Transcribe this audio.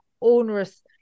onerous